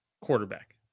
quarterback